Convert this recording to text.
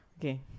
okay